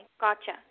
gotcha